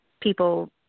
people